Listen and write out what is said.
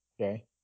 Okay